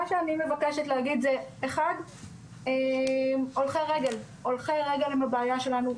מה שאני מבקשת להגיד, 1. הולכי רגל הם הבעיה שלנו.